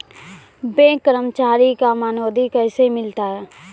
Bank कर्मचारी का मानदेय कैसे मिलता हैं?